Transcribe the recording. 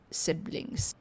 siblings